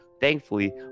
Thankfully